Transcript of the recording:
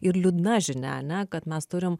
ir liūdna žinia ane kad mes turim